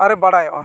ᱟᱨᱮ ᱵᱟᱲᱟᱭᱚᱜᱼᱟ